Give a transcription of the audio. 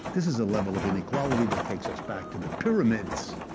this is a level of inequality that takes us back to the pyramids.